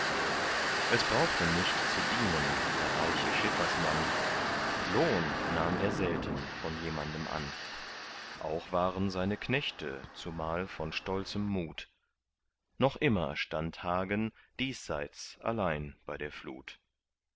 es brauchte nicht zu dienen der reiche schiffersmann lohn nahm er selten von jemanden an auch waren seine knechte zumal von stolzem mut noch immer stand hagen diesseits allein bei der flut